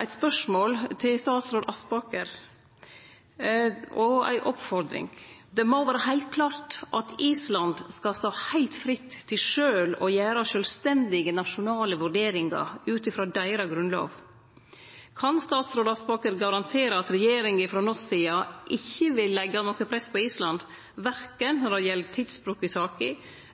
eit spørsmål og ei oppmoding til statsråd Aspaker. Det må vere heilt klart at Island skal stå heilt fritt til sjølv å gjere sjølvstendige nasjonale vurderingar ut frå deira grunnlov. Kan statsråd Aspaker garantere at regjeringa frå norsk side ikkje vil leggje noko press på Island, verken når det gjeld tidsbruk i saka